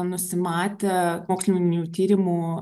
nusimatę mokslinių tyrimų